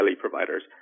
providers